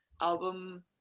album